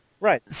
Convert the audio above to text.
right